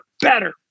better